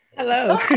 hello